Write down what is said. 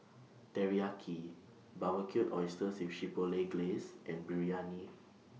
Teriyaki Barbecued Oysters with Chipotle Glaze and Biryani